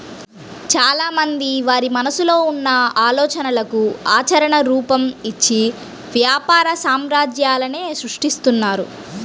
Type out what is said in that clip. చాలామంది వారి మనసులో ఉన్న ఆలోచనలకు ఆచరణ రూపం, ఇచ్చి వ్యాపార సామ్రాజ్యాలనే సృష్టిస్తున్నారు